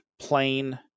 Plain